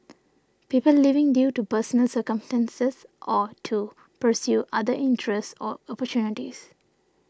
people leaving due to personal circumstances or to pursue other interests or opportunities